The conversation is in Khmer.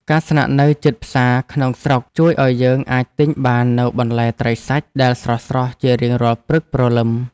ការស្នាក់នៅជិតផ្សារក្នុងស្រុកជួយឱ្យយើងអាចទិញបាននូវបន្លែត្រីសាច់ដែលស្រស់ៗជារៀងរាល់ព្រឹកព្រលឹម។